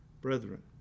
brethren